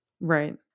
Right